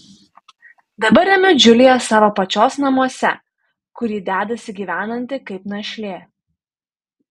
dabar remiu džiuliją savo pačios namuose kur ji dedasi gyvenanti kaip našlė